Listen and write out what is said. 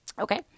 Okay